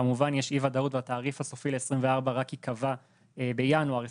כמובן יש אי ודאות והתעריף הסופי ל-2024 ייקבע רק בינואר 2024,